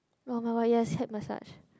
[oh]-my-god yes head massage